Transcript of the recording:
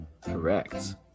Correct